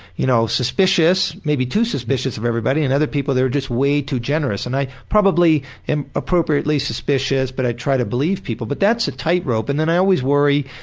y'know, suspicious, maybe too suspicious of everybody, and other people that are just way too generous. and i probably am appropriately suspicious, but i try to believe people, but that's a tightrope, and then i always worry,